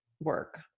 work